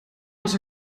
was